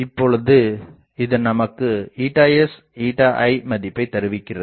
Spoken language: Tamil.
இப்பொழுது இது நமக்கு ηs ηi மதிப்பை தருவிக்கிறது